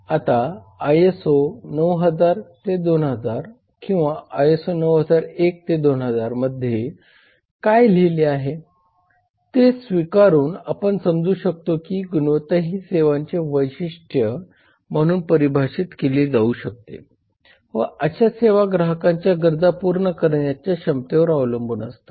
आता ISO 90002000 किंवा ISO 90012000 मध्ये काय लिहिले आहे ते स्वीकारून आपण समजू शकतो की गुणवत्ता ही सेवांची वैशिष्ट्ये म्हणून परिभाषित केली जाऊ शकते व अशा सेवा ग्राहकांच्या गरजा पूर्ण करण्याच्या क्षमतेवर अवलंबून असतात